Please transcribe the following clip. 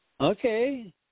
Okay